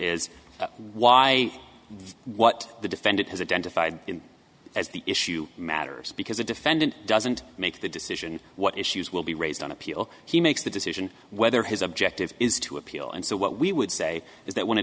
is why what the defendant has identified as the issue matters because the defendant doesn't make the decision what issues will be raised on appeal he makes the decision whether his objective is to appeal and so what we would say is that when